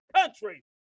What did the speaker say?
country